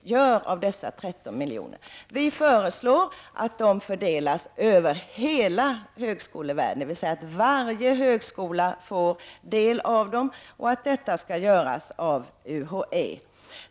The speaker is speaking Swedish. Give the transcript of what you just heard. Vi föreslår att dessa 13 milj.kr. fördelas över hela högskolevärlden, dvs. att varje högskola får del av dessa pengar. Fördelningen skall göras av UHÄ.